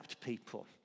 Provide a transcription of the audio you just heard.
people